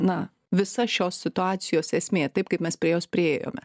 na visa šios situacijos esmė taip kaip mes prie jos priėjome